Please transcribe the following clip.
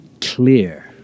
clear